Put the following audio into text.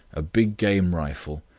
a big game rifle,